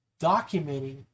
documenting